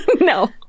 No